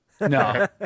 No